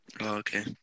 Okay